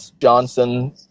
Johnson